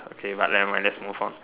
okay but never mind let's move on